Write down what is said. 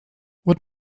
what